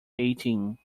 eighteen